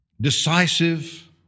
decisive